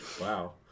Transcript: Wow